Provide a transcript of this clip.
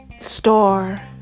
Star